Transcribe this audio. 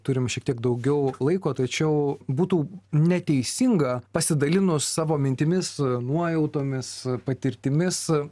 turim šiek tiek daugiau laiko tačiau būtų neteisinga pasidalinus savo mintimis nuojautomis patirtimis